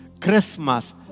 Christmas